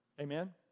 Amen